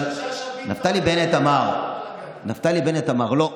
נפתלי בנט אמר: לא,